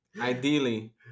Ideally